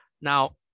Now